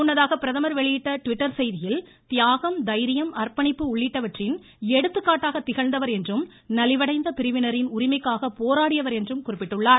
முன்னதாக பிரதமர் வெளியிட்ட ட்விட்டர் செய்தியில் தியாகம் தைரியம் அர்ப்பணிப்பு உள்ளிட்டவற்றின் எடுத்துக்காட்டாக திகழ்ந்தவர் என்றும் நலிவடைந்த பிரிவினரின் உரிமைக்காக போராடியவர் என்றும் குறிப்பிட்டுள்ளார்